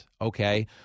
okay